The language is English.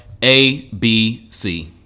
ABC